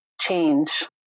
change